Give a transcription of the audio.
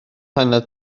paned